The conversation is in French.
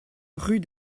rue